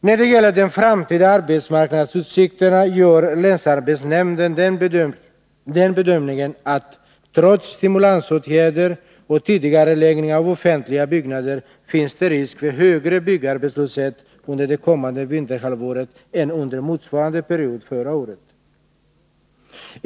När det gäller de framtida arbetsmarknadsutsikterna gör länsarbetsnämnden den bedömningen att det trots stimulansåtgärder och tidigareläggning av offentliga byggnadsarbeten finns risk för högre byggarbetslöshet under det kommande vinterhalvåret än under motsvarande period förra året.